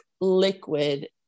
liquid